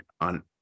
on